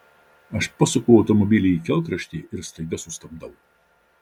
aš pasuku automobilį į kelkraštį ir staiga sustabdau